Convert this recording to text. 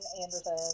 Anderson